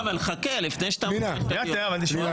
לא, אבל חכה, לפני שאתה ממשיך את הדיון.